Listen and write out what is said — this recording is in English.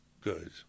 Good